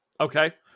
Okay